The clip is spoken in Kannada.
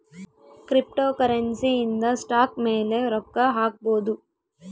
ಕ್ರಿಪ್ಟೋಕರೆನ್ಸಿ ಇಂದ ಸ್ಟಾಕ್ ಮೇಲೆ ರೊಕ್ಕ ಹಾಕ್ಬೊದು